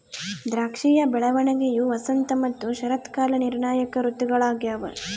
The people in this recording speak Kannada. ದ್ರಾಕ್ಷಿಯ ಬೆಳವಣಿಗೆಯು ವಸಂತ ಮತ್ತು ಶರತ್ಕಾಲ ನಿರ್ಣಾಯಕ ಋತುಗಳಾಗ್ಯವ